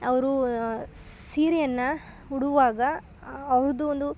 ಅವರು ಸೀರೆಯನ್ನು ಉಡುವಾಗ ಅವ್ರದ್ದು ಒಂದು